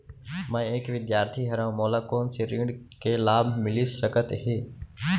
मैं एक विद्यार्थी हरव, मोला कोन से ऋण के लाभ मिलिस सकत हे?